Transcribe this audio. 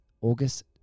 august